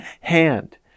hand